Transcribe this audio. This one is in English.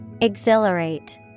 Exhilarate